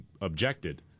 objected